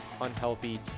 unhealthy